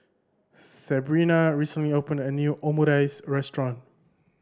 Sebrina recently opened a new Omurice Restaurant